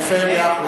יפה מאוד.